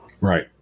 Right